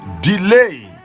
delay